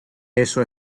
eso